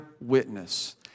witness